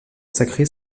sacrées